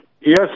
Yes